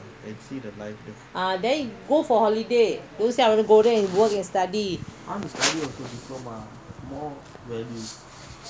work and study no I don't think so a lot people coming in india